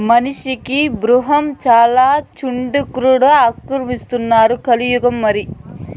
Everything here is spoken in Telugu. మనిషికి బూగ్రహం చాలక చంద్రుడ్ని కూడా ఆక్రమిస్తున్నారు కలియుగం మరి